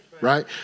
right